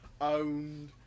owned